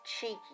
cheeky